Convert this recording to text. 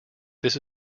this